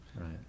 right